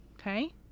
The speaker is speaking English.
Okay